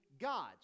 gods